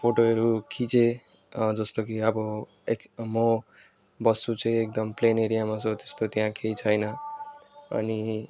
फोटोहरू खिचेँ जस्तो कि अब म बस्छु चाहिँ एकदम प्लेन एरियामा छु त्यस्तो त्यहाँ केही छैन अनि